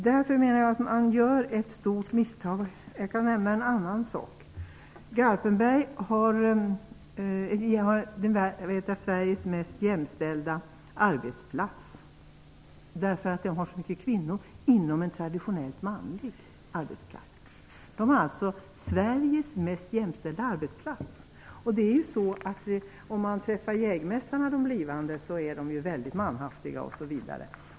Därför menar jag att man gör ett stort misstag om man lägger ner anläggningen. Garpenberg är också Sveriges mest jämställda arbetsplats. Där arbetar många kvinnor på en så traditionellt manlig arbetsplats. Det är förvisso överskott på manliga blivande jägmästare.